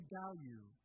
value